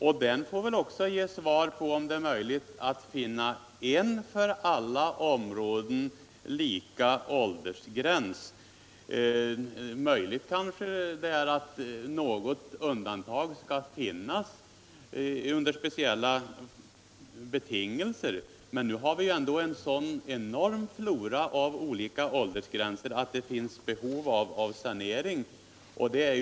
Den översynen får också ge svar på om det är möjligt att finna en för alla områden lika åldersgräns eller om något undantag måste finnas under speciella betingelser. Men nu har vi en enorm flora av olika åldersgränser.